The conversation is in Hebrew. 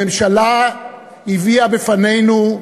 הממשלה הביאה בפנינו,